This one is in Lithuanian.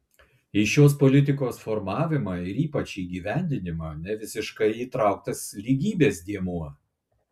į šios politikos formavimą ir ypač įgyvendinimą nevisiškai įtrauktas lygybės dėmuo